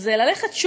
זה ללכת,